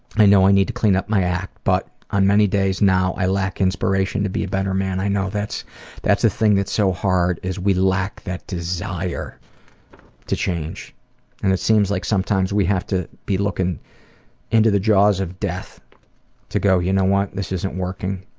i know i need to clean up my act but on my days now i lack inspiration to be a better man. i know that's the thing that's so hard is we lack that desire to change and it seems like sometimes we have to be looking into the jaws of death to go, you know what, this isn't working,